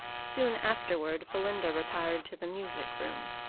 soon afterward belinda retired to the music-room.